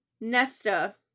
Nesta